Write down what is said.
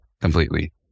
completely